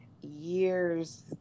years